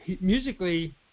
musically